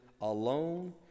alone